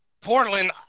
Portland –